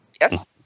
Yes